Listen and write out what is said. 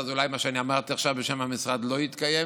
אז אולי מה שאני אמרתי עכשיו בשם המשרד לא יתקיים.